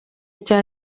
cya